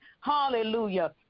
Hallelujah